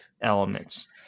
elements